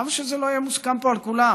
למה שזה לא יהיה מוסכם פה על כולם?